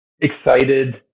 excited